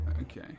Okay